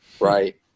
Right